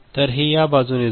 तर हे या बाजूने जाईल